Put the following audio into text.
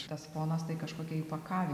tas fonas tai kažkokia pakakavimo